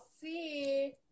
see